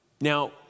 Now